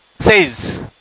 says